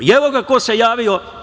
I, evo, ko se javio?